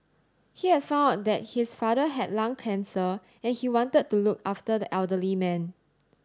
he had found out that his father had lung cancer and he wanted to look after the elderly man